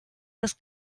das